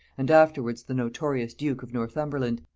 and afterwards the notorious duke of northumberland,